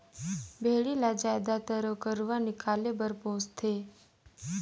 भेड़ी ल जायदतर ओकर रूआ निकाले बर पोस थें